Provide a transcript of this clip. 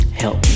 help